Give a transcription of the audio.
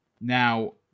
Now